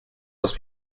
los